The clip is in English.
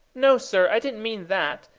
no, sir i didn't mean that.